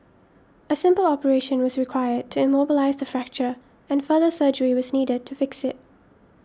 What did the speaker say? a simple operation was required to immobilise the fracture and further surgery was needed to fix it